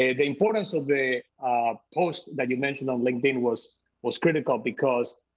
ah the importance of the post that you mentioned on linkedin was was critical, because.